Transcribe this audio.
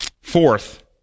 Fourth